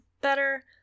better